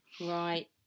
Right